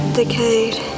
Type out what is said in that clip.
decayed